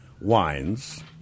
Wines